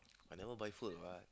I never buy fur lah